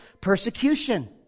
persecution